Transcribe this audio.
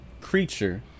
creature